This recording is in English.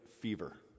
fever